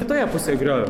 kitoje pusėje griovio